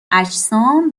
اجسام